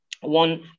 one